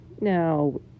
now